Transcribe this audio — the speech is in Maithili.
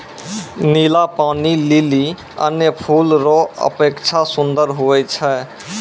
नीला पानी लीली अन्य फूल रो अपेक्षा सुन्दर हुवै छै